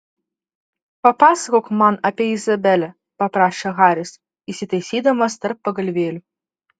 papasakok man apie izabelę paprašė haris įsitaisydamas tarp pagalvėlių